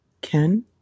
Ken